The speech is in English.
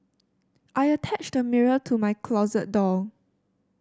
I attached a mirror to my closet door